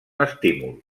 estímul